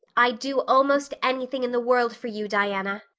i'd do almost anything in the world for you, diana,